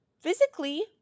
physically